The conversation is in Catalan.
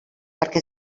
perquè